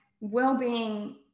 wellbeing